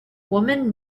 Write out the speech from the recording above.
woman